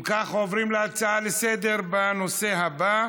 אם כך, עוברים להצעות לסדר-היום בנושא הבא: